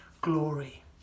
glory